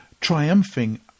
triumphing